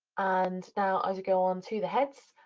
and now, as you go on to the head,